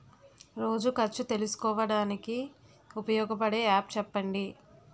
రోజు ఖర్చు తెలుసుకోవడానికి ఉపయోగపడే యాప్ చెప్పండీ?